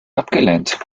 abgelehnt